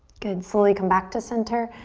good, slowly come back to center.